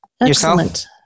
Excellent